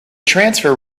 transfer